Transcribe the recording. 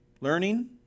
learning